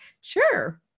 sure